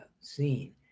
scene